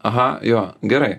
aha jo gerai